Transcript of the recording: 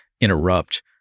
interrupt